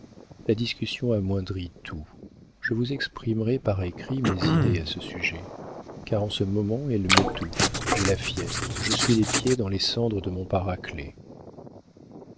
la discussion amoindrit tout je vous exprimerai par écrit mes idées à ce sujet car en ce moment elles m'étouffent j'ai la fièvre je suis les pieds dans les cendres de mon paraclet